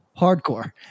hardcore